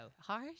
Harsh